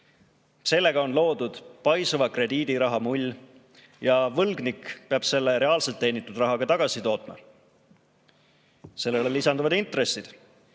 Sellega on loodud paisuva krediidiraha mull ja võlgnik peab selle reaalselt teenitud rahaga tagasi tootma. Sellele lisanduvad intressid.